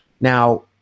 Now